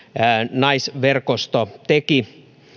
naisverkosto teki